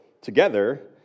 together